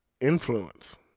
influence